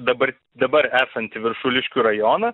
dabar dabar esantį viršuliškių rajoną